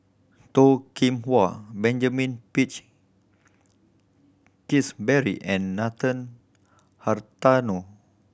Toh Kim Hwa Benjamin Peach Keasberry and Nathan Hartono